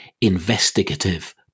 investigative